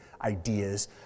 ideas